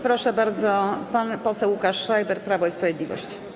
Proszę bardzo, pan poseł Łukasz Schreiber, Prawo i Sprawiedliwość.